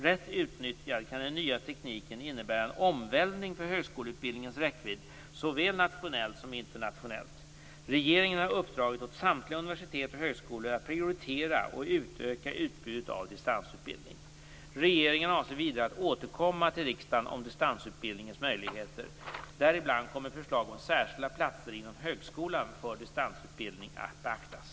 Rätt utnyttjad kan den nya tekniken innebära en omvälvning för högskoleutbildningens räckvidd såväl nationellt som internationellt. Regeringen har uppdragit åt samtliga universitet och högskolor att prioritera och utöka utbudet av distansutbildning. Regeringen avser vidare att återkomma till riksdagen om distansutbildningens möjligheter. Däribland kommer förslag om särskilda platser inom högskolan för distansutbildning att beaktas.